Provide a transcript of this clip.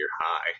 High